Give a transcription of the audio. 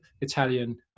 Italian